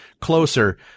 closer